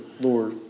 Lord